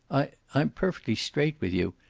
i i'm perfectly straight with you.